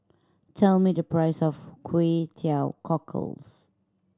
tell me the price of Kway Teow Cockles